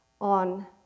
on